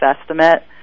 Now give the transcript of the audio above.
estimate